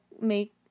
make